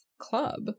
club